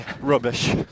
rubbish